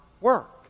work